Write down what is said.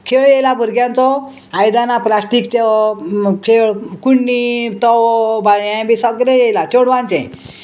खेळ येयला भुरग्यांचो आयदनां प्लास्टीकचो खेळ कुंडी तवो हें बी सगळें येयला चेडवांचें